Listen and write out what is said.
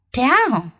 down